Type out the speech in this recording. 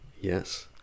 yes